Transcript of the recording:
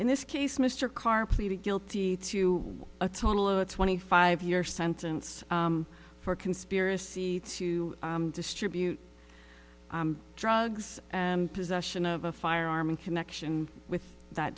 in this case mr karr pleaded guilty to a total of twenty five year sentence for conspiracy to distribute drugs and possession of a firearm in connection with that